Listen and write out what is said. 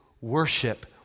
worship